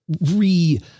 re